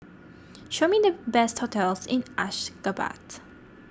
show me the best hotels in Ashgabat